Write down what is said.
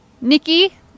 Nikki